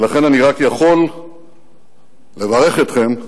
ולכן אני רק יכול לברך אתכם,